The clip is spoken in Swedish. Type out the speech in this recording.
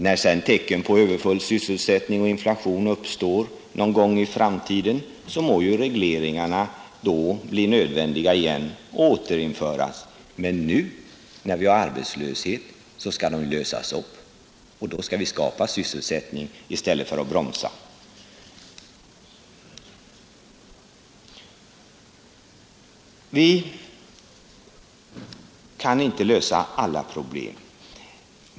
När sedan tecken på överfull sysselsättning och inflation uppkommer någon gång i framtiden må regleringarna bli nödvändiga och återinföras igen. Men nu, när vi har arbetslöshet, skall de lösas upp. Då skall vi skapa sysselsättning i stället för att bromsa, Vi kan inte lösa alla problem.